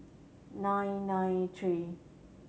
nine nine three